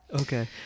Okay